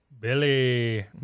Billy